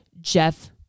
Jeff